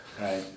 Right